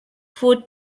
four